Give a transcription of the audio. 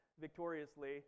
victoriously